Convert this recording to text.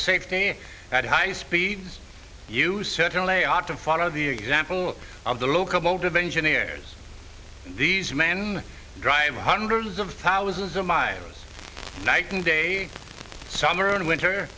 safety at high speed you certainly are to follow the example of the locomotive engineers these men drive hundreds of thousands of miles night and day summer and winter